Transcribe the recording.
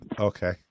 Okay